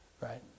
right